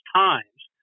times